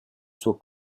suo